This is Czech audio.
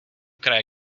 kraje